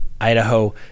Idaho